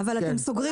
אבל אתם סוגרים